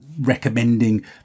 recommending